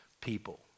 people